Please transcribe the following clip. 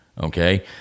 Okay